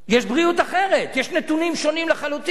יש בריאות אחרת, יש נתונים שונים לחלוטין.